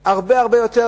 הרבה הרבה יותר,